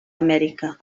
amèrica